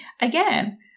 again